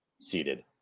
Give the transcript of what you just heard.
seated